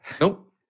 Nope